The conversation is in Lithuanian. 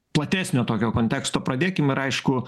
platesnio tokio konteksto pradėkim ir aišku